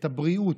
הבריאות.